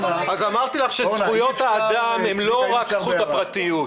אמרתי לך שזכויות האדם הן לא רק זכות הפרטיות.